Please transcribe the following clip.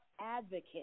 advocate